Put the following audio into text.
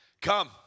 Come